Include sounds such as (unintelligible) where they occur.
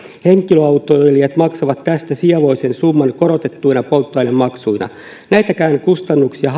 henkilöautoilijat maksavat tästä sievoisen summan korotettuina polttoainemaksuina näitäkään kustannuksia (unintelligible)